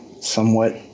somewhat